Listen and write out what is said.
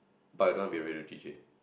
but I don't want to be a radio D_J